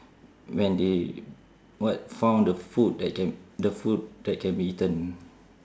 when they what found the food that can the food that can be eaten